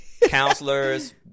Counselors